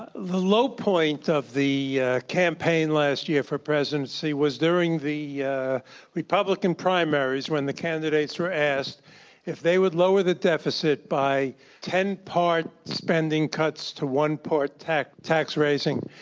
ah low point of the campaign last year for presidency was during the yeah republican primaries when the candidates were asked if they would lower the deficit by ten part spending cuts to one-part tax tax raising,